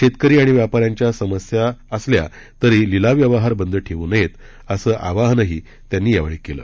शेतकरी आणि व्यापाऱ्यांच्या समस्या असल्या तरी लिलाव व्यवहार बंद ठेवू नयेत असं आवाहनही त्यांनी यावेळी केलं